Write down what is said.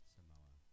Samoa